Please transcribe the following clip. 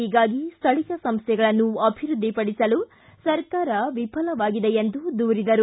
ಹೀಗಾಗಿ ಸ್ವಳೀಯ ಸಂಸ್ವೆಗಳನ್ನು ಅಭಿವೃದ್ದಿಪಡಿಸಲು ಸರ್ಕಾರ ವಿಫಲವಾಗಿದೆ ಎಂದು ದೂರಿದರು